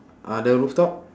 uh the rooftop